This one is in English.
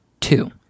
two